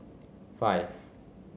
five